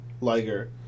Liger